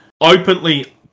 openly